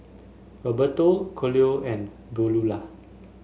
Rigoberto Colie and Beaulah